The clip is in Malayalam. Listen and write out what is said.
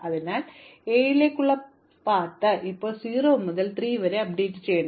അതിനാൽ 7 ലേക്കുള്ള പാത ഇപ്പോൾ 0 മുതൽ 3 വരെ അപ്ഡേറ്റ് ചെയ്യണം